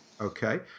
Okay